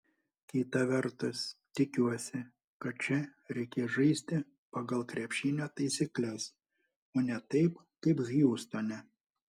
kita vertus tikiuosi kad čia reikės žaisti pagal krepšinio taisykles o ne taip kaip hjustone